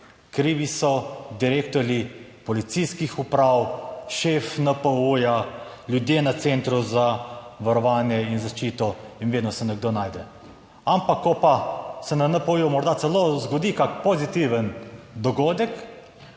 krivi so direktorji policijskih uprav, šef NPU-ja, ljudje na Centru za varovanje in zaščito in vedno se nekdo najde, ampak ko pa se na NPU morda celo zgodi kak pozitiven dogodek,